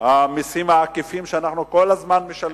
המסים העקיפים שאנחנו כל הזמן משלמים,